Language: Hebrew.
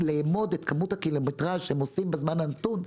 לאמוד את כמות הקילומטרז' שהם עושים בזמן הנתון,